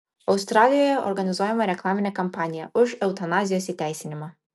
australijoje organizuojama reklaminė kampanija už eutanazijos įteisinimą